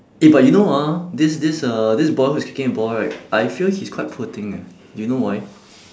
eh but you know ah this this uh this boy who's kicking the ball right I feel he's quite poor thing eh do you know why